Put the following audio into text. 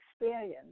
experience